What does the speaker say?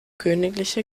königliche